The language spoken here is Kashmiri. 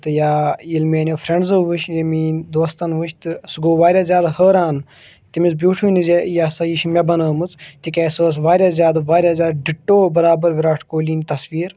تہٕ ییٚلہِ میانیٚو فرِنڈزو وُچھ یہِ مِینۍ دوستَن وُچھ تہٕ سُہ گوٚو وارِیاہ زیادٕ حٲران تٔمِس بِیوٹھٕے نہٕ زِ یہِ ہسا یہِ چھِ مےٚ بَنٲومٕژ تِکیازِ سۄ ٲس وارِیاہ زیادٕ وارِیاہ زیادٕ ڈِٹو بَرابَر وِراٹھ کوہلیِن تَصویر